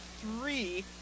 three